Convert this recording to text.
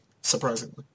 surprisingly